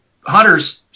hunters